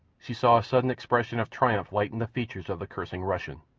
she saw a sudden expression of triumph lighten the features of the cursing russian,